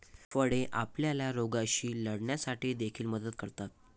फळे आपल्याला रोगांशी लढण्यासाठी देखील मदत करतात